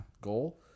goal